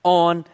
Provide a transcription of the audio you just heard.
on